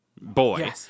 boy